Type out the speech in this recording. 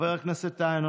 חבר הכנסת טאהא,